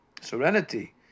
serenity